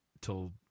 till